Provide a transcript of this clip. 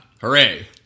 Hooray